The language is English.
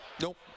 Nope